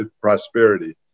prosperity